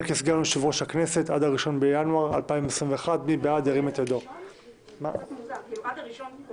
כסגן יושב-ראש הכנסת עד ה-1 בינואר 2021. עד ה-1 בינואר,